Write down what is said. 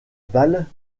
balle